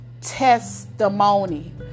testimony